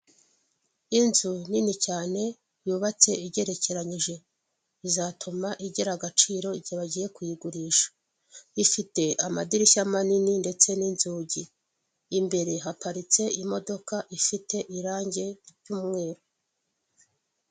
Inzu nini cyane yubatse igerekeranije, bizatuma igira agaciro igihe bagiye kuyigurisha. Ifite amadirishya manini ndetse n'inzugi. Imbere haparitse imodoka ifite irangi ry'umweru.